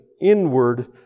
inward